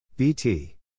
BT